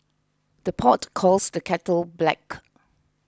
the pot calls the kettle black